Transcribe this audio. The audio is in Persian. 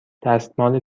دستمال